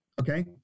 okay